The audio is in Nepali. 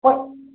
क